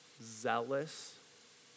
zealous